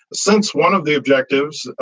since one of the objectives,